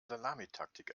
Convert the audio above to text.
salamitaktik